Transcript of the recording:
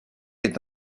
est